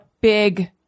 big